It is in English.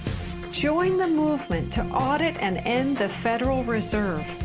join the movement to audit and end the federal reserve!